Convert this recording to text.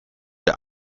der